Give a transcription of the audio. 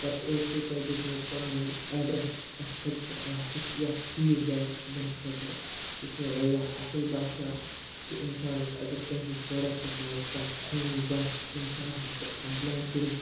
پَتہٕ اوسو تۄہہِ دیُتمُت پَنُن یہِ اٮ۪ڈرٮ۪س اَسہِ کَتہِ چھِ آفِس یا فیٖڈبیک دِنہٕ خٲطرٕ یُس مےٚ واریاہ اَصٕل باسیٛو کہِ اِنسانَس اگر تٕہٕنٛدِس پرٛوڈَکٹَس منٛز کانٛہہ کٔمی باسہِ اِنسان ہیٚکہِ تۄہہِ کَمپٕلینٛٹ کٔرِتھ